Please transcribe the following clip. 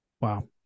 Wow